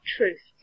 Truth